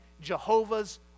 Jehovah's